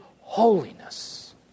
holiness